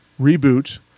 reboot